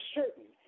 certain